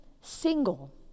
single